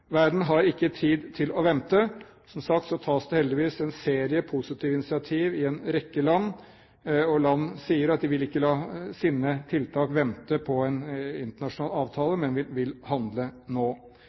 Verden har ikke tid til å vente. Som sagt tas det heldigvis en serie positive initiativ i en rekke land, og land sier at de vil ikke la sine tiltak vente på en internasjonal avtale,